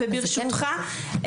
ברשותך,